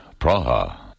Praha